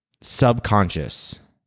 subconscious